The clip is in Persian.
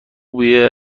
بوی